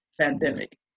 pandemic